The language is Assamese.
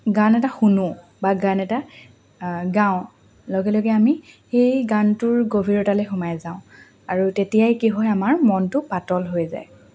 গান এটা শুনো বা গান এটা গাওঁ লগে লগে আমি সেই গানটোৰ গভীৰতালৈ সোমাই যাওঁ আৰু তেতিয়াই কি হয় আমাৰ মনটো পাতল হৈ যায়